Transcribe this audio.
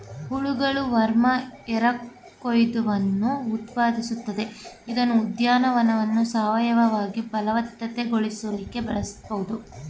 ಹುಳಗಳು ವರ್ಮ್ ಎರಕಹೊಯ್ದವನ್ನು ಉತ್ಪಾದಿಸುತ್ವೆ ಇದ್ನ ಉದ್ಯಾನವನ್ನ ಸಾವಯವವಾಗಿ ಫಲವತ್ತತೆಗೊಳಿಸಿಕೆ ಬಳಸ್ಬೋದು